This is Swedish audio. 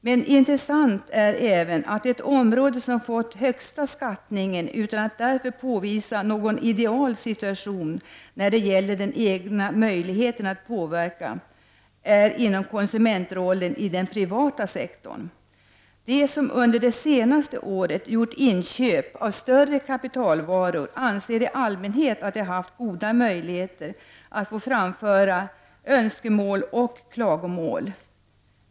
Men intressant är även att den roll som fått högsta skattningen, utan att det därför föreligger någon ideal situation när det gäller de egna möjligheterna att påverka, är konsumentrollen i den privata sektorn. De som under det senaste året gjort inköp av större kapitalvaror anser i allmänhet att de har haft goda möjligheter att framföra klagomål och önskemål.